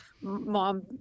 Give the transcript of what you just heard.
mom